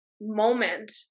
moment